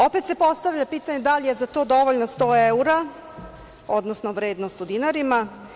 Opet se postavlja pitanje da li je za to dovoljno 100 evra, odnosno vrednost u dinarima?